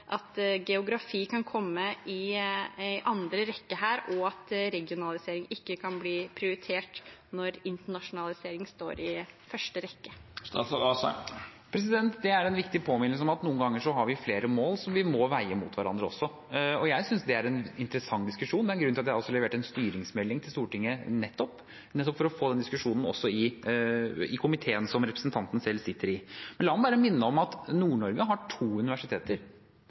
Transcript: geografi kan komme i andre rekke, og at regionalisering ikke kan bli prioritert når internasjonalisering står i første rekke? Det er en viktig påminnelse om at vi noen ganger har flere mål som vi må veie opp mot hverandre. Jeg synes det er en interessant diskusjon. Det er en grunn til at jeg nettopp har levert en styringsmelding til Stortinget, det er for å få den diskusjonen også i komiteen som representanten selv sitter i. Men la meg bare minne om at Nord-Norge har to universiteter.